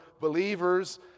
believers